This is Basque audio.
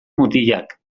mutilak